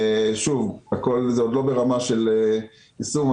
זה עוד לא ברמה של יישום.